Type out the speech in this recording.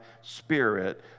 spirit